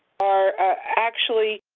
are actually